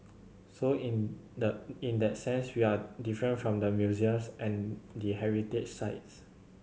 so in the in that sense we are different from the museums and the heritage sites